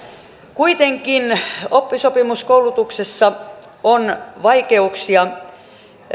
kuitenkin oppisopimuskoulutuksessa on vaikeuksia